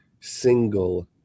single